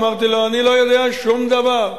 אמרתי: אני לא יודע שום דבר.